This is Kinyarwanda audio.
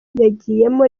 yagiyemo